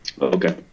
Okay